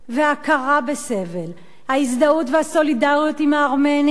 וההכרה בסבל, ההזדהות והסולידריות עם הארמנים,